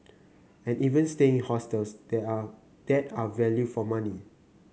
and even staying in hostels they are that are value for money